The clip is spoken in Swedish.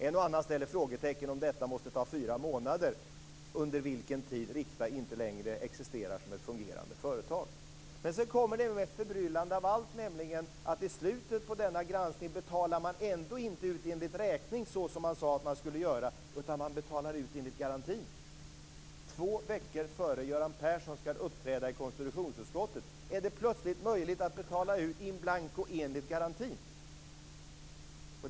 En och annan sätter upp frågetecken för om detta måste ta fyra månader, under vilken tid Rikta inte längre existerar som ett fungerande företag. Men sedan kommer det mest förbryllande av allt, nämligen att i slutet på denna granskning betalar man ändå inte ut enligt räkning så som man sade att man skulle göra, utan man betalar ut enligt garantin. Två veckor före det att Göran Persson ska uppträda i konstitutionsutskottet är det plötsligt möjligt att betala ut in blanko enligt garantin.